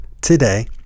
today